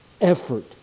effort